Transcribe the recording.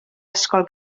ysgol